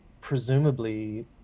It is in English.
presumably